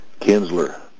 Kinsler